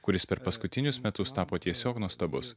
kuris per paskutinius metus tapo tiesiog nuostabus